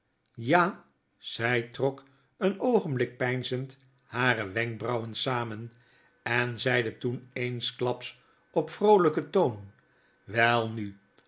ja zy trok een oogenblik peinzend hare wenkbrauwen samen en zeide toen eensklaps op vroolyken toon welnu